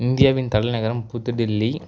இந்தியாவின் தலைநகரம் புதுடெல்லி